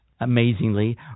amazingly